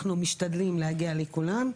אנחנו משתדלים להגיע לכולם.